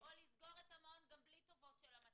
או לסגור את המעון גם בלי טובות של המצלמה.